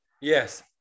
Yes